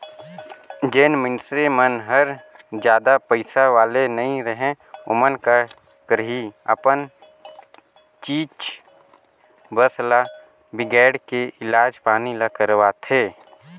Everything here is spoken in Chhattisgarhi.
जेन मइनसे मन हर जादा पइसा वाले नइ रहें ओमन का करही अपन चीच बस ल बिगायड़ के इलाज पानी ल करवाथें